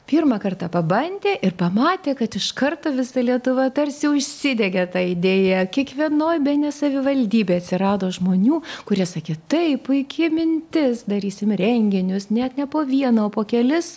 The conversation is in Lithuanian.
pirmą kartą pabandė ir pamatė kad iš karto visa lietuva tarsi užsidegė ta idėja kiekvienoj bene savivaldybėj atsirado žmonių kurie sakė tai puiki mintis darysime renginius net ne po vieną o po kelis